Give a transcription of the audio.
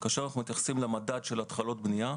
כאשר אנחנו מתייחסים למדד של התחלות בנייה.